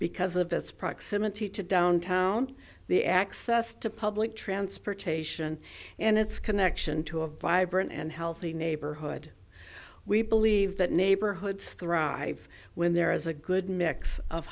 because of its proximity to downtown the access to public transportation and its connection to a vibrant and healthy neighborhood we believe that neighborhoods thrive when there is a good mix of